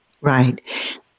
Right